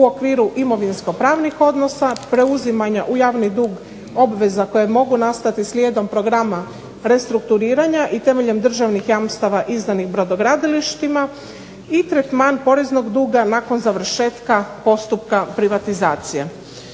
u okviru imovinsko-pravnih odnosa, preuzimanja u javni dug obveza koje mogu nastati slijedom programa restrukturiranja i temeljem državnih jamstava izdanih brodogradilištima i tretman poreznog duga nakon završetka postupka privatizacije.